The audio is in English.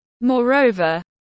Moreover